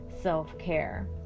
self-care